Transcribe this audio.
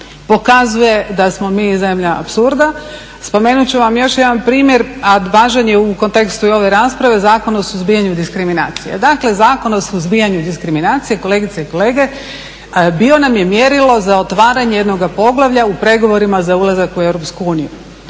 pokazuje da smo mi zemlja apsurda. Spomenut ću vam još jedan primjer, a važan je i u kontekstu ove rasprave, Zakon o suzbijanju diskriminacije. Dakle, Zakon o suzbijanju diskriminacije kolegice i kolege bio nam je mjerilo za otvaranje jednoga poglavlja u pregovorima za ulazak u EU.